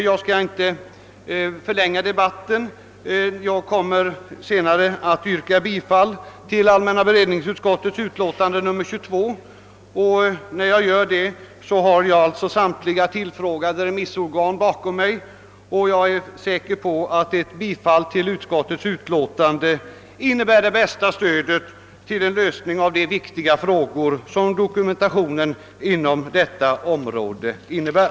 Jag skall inte förlänga debatten. Jag kommer senare att yrka bifall till hemställan av majoriteten inom allmänna beredningsutskottet i dess utlåtande nr 22. När jag gör det har jag alltså samtliga tillfrågade remissor gan bakom mig och jag är säker på att ett bifall till utskottsmajoritetens hemställan innebär det bästa stödet till en lösning av de viktiga frågor som dokumentationen inom detta område utgör.